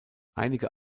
einige